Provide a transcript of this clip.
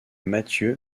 matthieu